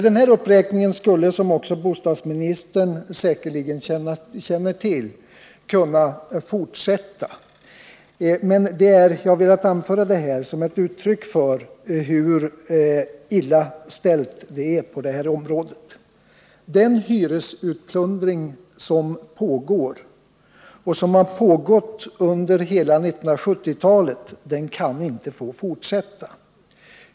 Som bostadsministern säkerligen känner till skulle den uppräkning jag nu har gjort kunna göras längre, men jag har velat anföra just dessa exempel som ett uttryck för hur illa ställt det är på det här området. Den hyresutplundring som pågår och som har pågått under hela 1970-talet kan inte få fortsätta.